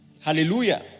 Hallelujah